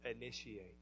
initiate